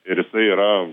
ir jisai yra